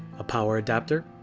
a power adapter